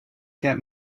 get